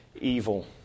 evil